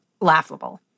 laughable